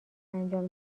انجام